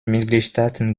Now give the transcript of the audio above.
mitgliedstaaten